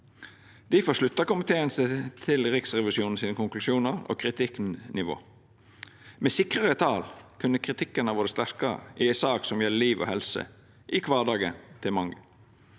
Difor sluttar komiteen seg til Riksrevisjonen sine konklusjonar og deira kritikknivå. Med sikrare tal kunne kritikken ha vore sterkare, i ei sak som gjeld liv og helse i kvardagen til mange.